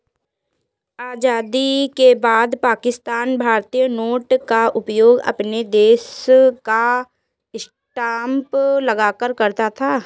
आजादी के बाद पाकिस्तान भारतीय नोट का उपयोग अपने देश का स्टांप लगाकर करता था